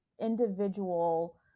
individual